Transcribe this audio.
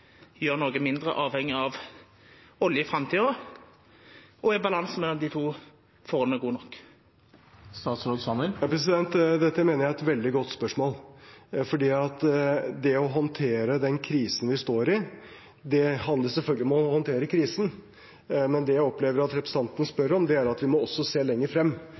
mindre avhengig av olje i framtida? Og er balansen mellom dei to forholda god nok? Dette mener jeg er et veldig godt spørsmål. Det å håndtere den krisen vi står i, handler selvfølgelig om å håndtere krisen, men det jeg opplever at representanten spør om, er at vi også må se lenger frem.